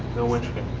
no windscreen.